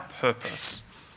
purpose